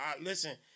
Listen